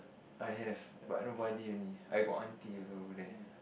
I have but I no money only I got auntie also over there